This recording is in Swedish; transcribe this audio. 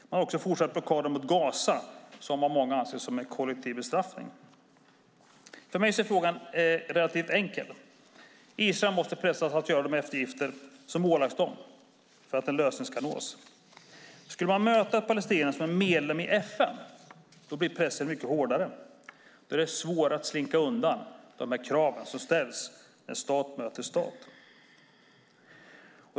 Man har också fortsatt blockaden mot Gaza, som av många ses som en kollektiv bestraffning. För mig är frågan relativt enkel. Israel måste pressas att göra de eftergifter som man blivit ålagd för att en lösning ska nås. Skulle man möta ett Palestina som är medlem i FN blir pressen mycket hårdare. Då är det svårt att slinka undan de krav som ställs när stat möter stat.